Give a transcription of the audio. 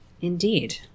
Indeed